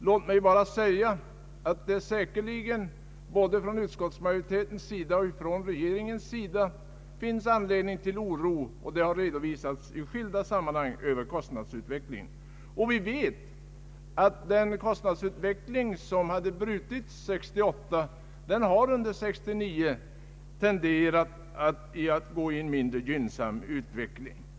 Låt mig säga att det säkerligen från både utskottsmajoritetens och regeringens sida finns anledning till oro över kostnadsutvecklingen, vilket också har redovisats i skilda sammanhang. Vi vet att den kostnadsutveckling som bröts år 1968 tenderade att gå i mindre gynnsam riktning år 1969.